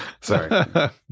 Sorry